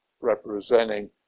representing